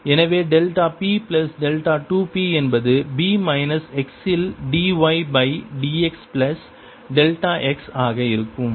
எனவே delta p plus delta 2 p என்பது B minus x இல் dy by dx plus delta x ஆக இருக்கும்